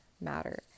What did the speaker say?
matter